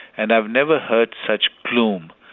and i've never heard such plume.